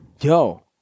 Yo